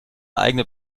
eigene